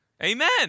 Amen